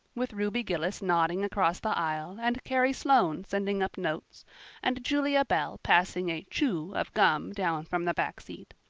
with ruby gillis nodding across the aisle and carrie sloane sending up notes and julia bell passing a chew of gum down from the back seat.